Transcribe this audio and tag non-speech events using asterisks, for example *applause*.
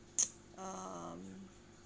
*noise* um